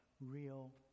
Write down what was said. real